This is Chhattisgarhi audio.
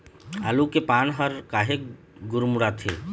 आलू के पान हर काहे गुरमुटाथे?